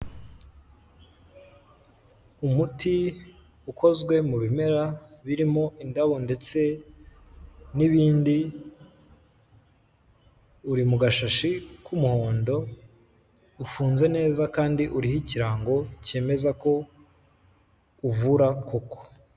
Umuti ukozwe mu bimera, birimo indabo ndetse n'ibindi, uri mu gashashi k'umuhondo, ufunze neza, kandi uriho ikirango, cyemeza ko uvura koko.